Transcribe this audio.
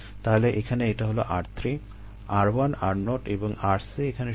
তাহলে এখানে এটা হলো r3 r1 r0 এবং rc এখানে শূণ্য